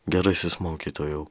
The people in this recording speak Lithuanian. gerasis mokytojau